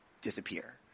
disappear